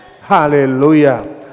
Hallelujah